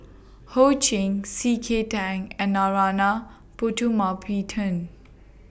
Ho Ching C K Tang and Narana Putumaippittan